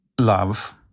love